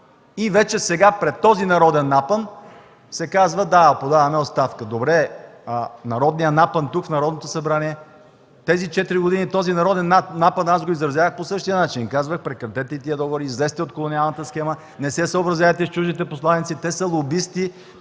вече, пред този народен напън, се казва: „Да, подаваме оставка.”. Добре, а народният напън тук, в Народното събрание?! Тези четири години този народен напън аз го изразявах по същия начин. Казвах: „Прекратете тези договори, излезте от колониалната схема, не се съобразявайте с чуждите посланици. Те са лобисти.